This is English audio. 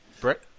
Brett